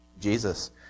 Jesus